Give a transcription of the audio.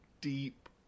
deep